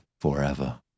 forever